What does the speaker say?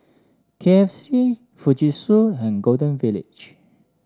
K F C Fujitsu and Golden Village